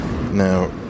now